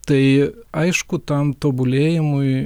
tai aišku tam tobulėjimui